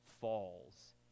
falls